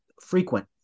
frequent